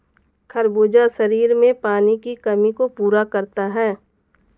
खरबूजा शरीर में पानी की कमी को पूरा करता है